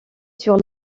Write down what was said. sur